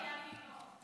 אבי פה.